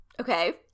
Okay